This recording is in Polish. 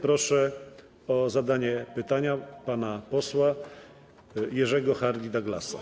Proszę o zadanie pytania pana posła Jerzego Hardie-Douglasa.